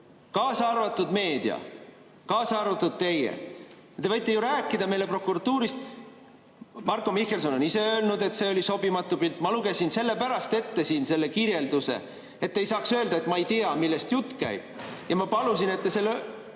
Kaasa arvatud meedia. Kaasa arvatud teie. Te võite ju rääkida meile prokuratuurist. Marko Mihkelson on ise öelnud, et see oli sobimatu pilt. Ma lugesin selle pärast ette siin selle kirjelduse, et te ei saaks öelda: "Ma ei tea, millest jutt käib." Ma palusin, et te